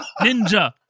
Ninja